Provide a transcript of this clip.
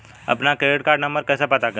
अपना credit card number कैसे पता करें?